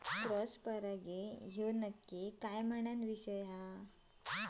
Cross परागी ह्यो विषय नक्की काय?